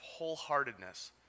wholeheartedness